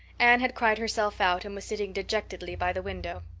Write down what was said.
anne had cried herself out and was sitting dejectedly by the window.